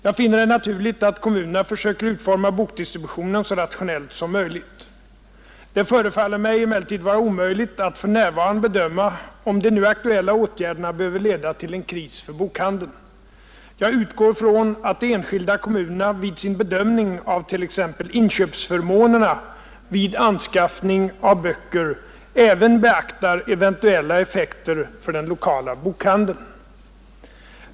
Jag finner det naturligt att kommunerna försöker utforma bokdistributionen så rationellt som möjligt. Det förefaller mig emellertid vara omöjligt att för närvarande bedöma om de nu aktuella åtgärderna behöver leda till en kris för bokhandeln. Jag utgår från att de enskilda kommunerna vid sin bedömning av t.ex. inköpsförmånerna vid anskaffning av böcker även beaktar eventuella effekter för den lokala bokhandeln.